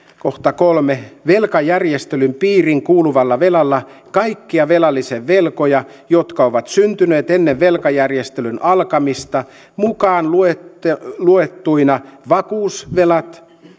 kolme velkajärjestelyn piiriin kuuluvalla velalla kaikkia velallisen velkoja jotka ovat syntyneet ennen velkajärjestelyn alkamista mukaan luettuina luettuina vakuusvelat